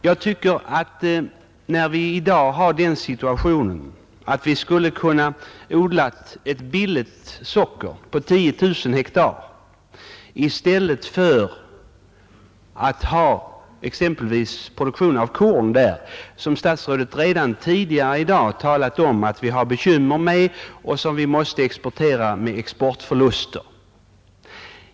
Vi befinner oss i dag i den situationen att vi skulle kunna odla ett billigt socker på 10 000 hektar i stället för att ha exempelvis produktion av korn, en produktion som statsrådet redan tidigare i dag har talat om att vi har bekymmer med och som vi måste exportera med exportförluster.